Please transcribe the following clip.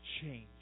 change